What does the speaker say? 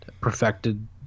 perfected